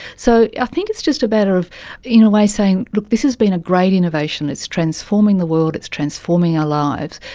so i think it's just a matter of in a way saying, look, this has been a great innovation, it's transforming the world, it's transforming our lives,